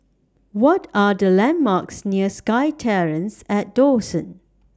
What Are The landmarks near SkyTerrace At Dawson